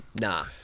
nah